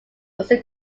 also